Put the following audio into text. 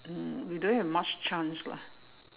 um we don't have much chance lah